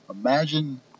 Imagine